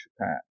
Japan